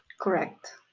Correct